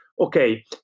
Okay